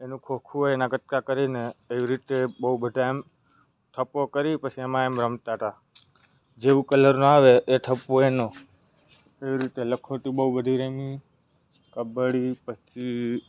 એનું ખોખું હોય એના કટકા કરીને એવી રીતે બહુ બધા એમ થપ્પો કરી પછી એમાં એમ રમતા તા જેવું કલરનો આવે એ થપ્પો એનો એવી રીતે લખોટી બહુ બધી રમી કબડ્ડી પછી